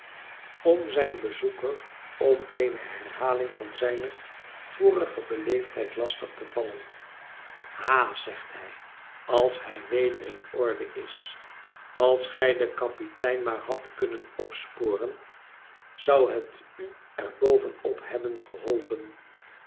om zijn bezoeker om eene herhaling van zijne vorige beleefdheid lastig te vallen ha zegt hij als hij weder in orde is als gij den kapitein maar hadt kunnen opsporen zou het u er bovenop hebben geholpen